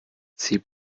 sie